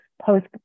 post